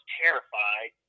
terrified